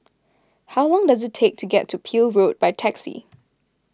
how long does it take to get to Peel Road by taxi